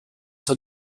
der